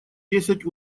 десять